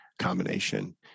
combination